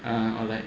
uh all that